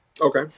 Okay